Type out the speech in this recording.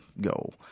goal